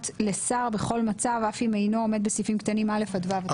בשבע ו-50